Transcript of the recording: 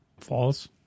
False